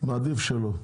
מעדיף שלא.